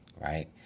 right